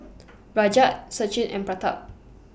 Rajat Sachin and Pratap